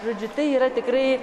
žodžiu tai yra tikrai